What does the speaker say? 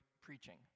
preaching